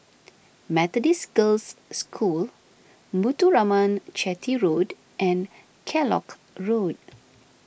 Methodist Girls' School Muthuraman Chetty Road and Kellock Road